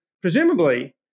presumably